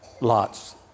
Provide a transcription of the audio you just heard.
Lot's